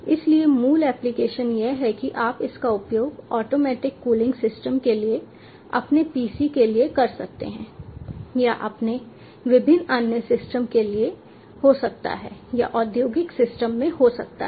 इसलिए मूल एप्लीकेशन यह है कि आप इसका उपयोग ऑटोमेटिक कूलिंग सिस्टम के लिए अपने पीसी के लिए कर सकते हैं या आपके विभिन्न अन्य सिस्टम के लिए हो सकता है या औद्योगिक सिस्टम में हो सकता है